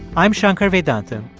i'm shankar vedantam,